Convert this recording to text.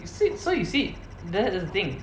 see so you see there that's the thing